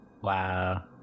Wow